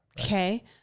okay